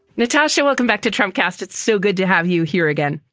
natasha, welcome back to trump cast, it's so good to have you here again.